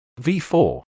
V4